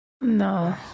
No